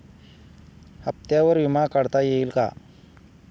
हप्त्यांवर विमा काढता येईल का?